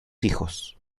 hijos